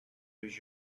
use